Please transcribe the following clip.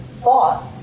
Thought